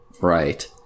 Right